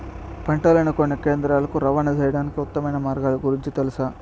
పంటలని కొనే కేంద్రాలు కు రవాణా సేయడానికి ఉత్తమమైన మార్గాల గురించి తెలుసా?